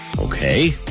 Okay